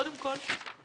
קודם כל,